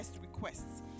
requests